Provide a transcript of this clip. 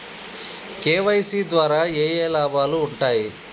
KYC ద్వారా ఏఏ లాభాలు ఉంటాయి?